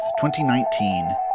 2019